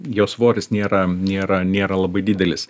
jo svoris nėra nėra nėra labai didelis